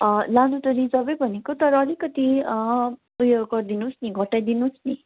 लानु त रिजर्भै भनेको तर अलिकति उयो गरिदिनुहोस् नि घटाइ दिनुहोस् नि